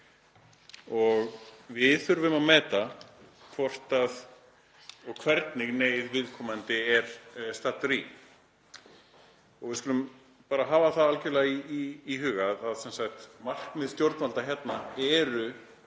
og við þurfum að meta hvort og hvernig neyð viðkomandi er staddur í. Við skulum hafa það í huga að markmið stjórnvalda hér er,